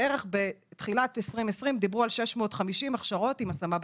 בערך בתחילת 2020 דיברו על 650 הכשרות עם השמה בקצה.